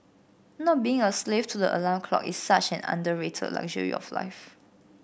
not being a slave to the alarm clock is such an underrated luxury of life